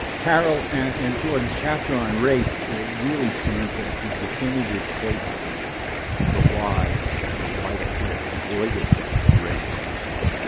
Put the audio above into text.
carol and jordan's chapter on race really stands as the definitive statement of the whys of why the court avoided the racial issue.